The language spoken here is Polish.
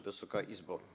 Wysoka Izbo!